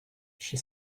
she